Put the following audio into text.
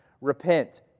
Repent